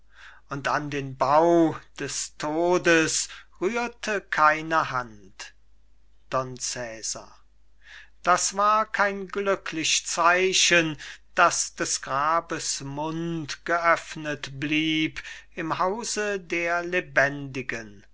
und an den bau des todes rührte keine hand don cesar das war kein glücklich zeichen daß des grabes mund geöffnet blieb im hause der lebendigen